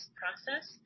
process